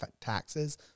taxes